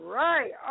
right